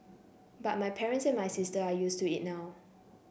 but my parents and my sisters are used to it now